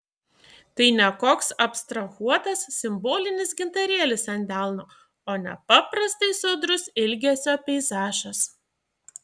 tai ne koks abstrahuotas simbolinis gintarėlis ant delno o nepaprastai sodrus ilgesio peizažas